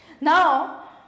Now